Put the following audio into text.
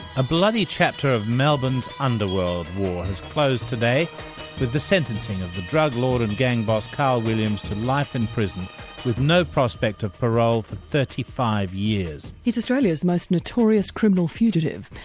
a bloody chapter of melbourne's underworld war has closed today with the sentencing of the drug lord and gang boss carl williams to life in prison with no prospect of parole for thirty five years. he's australia's most notorious criminal fugitive,